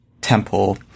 temple